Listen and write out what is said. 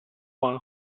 juan